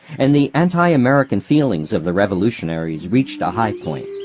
and the anti-american feelings of the revolutionaries reached a high point.